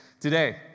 today